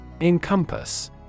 Encompass